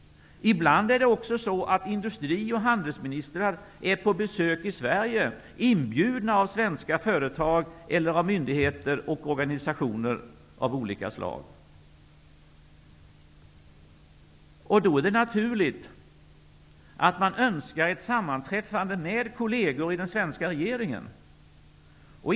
Ibland är också industri och handelsministrar på besök i Sverige inbjudna av svenska företag, myndigheter eller organisationer av olika slag. Det är då naturligt att man önskar ett sammanträffande med kolleger i den svenska regeringen.